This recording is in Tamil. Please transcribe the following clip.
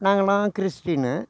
நாங்கள்லாம் கிறிஸ்ட்டீனு